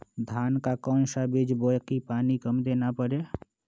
धान का कौन सा बीज बोय की पानी कम देना परे?